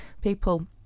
people